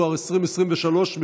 2023,